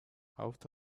out